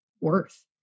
worth